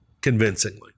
convincingly